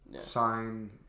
sign